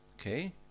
okay